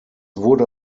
wurde